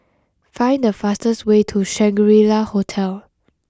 find the fastest way to Shangri La Hotel